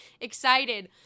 excited